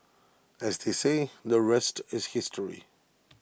as they say the rest is history